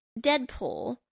Deadpool